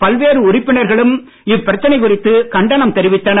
பல்வேறு உறுப்பினர்களும் இப்பிரச்சினை குறித்து கண்டனம் தெரிவித்தனர்